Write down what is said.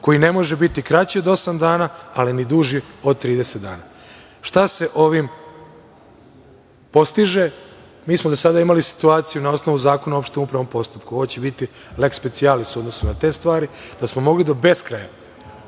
koji ne može biti kraći od osam dana, a ni duži od 30 dana. Šta se ovim postiže? Mi smo do sada imali situaciju na osnovu Zakona o opštem upravnom postupku, ovo će biti leks specijalis u odnosu na te stvari, da smo mogli do beskraja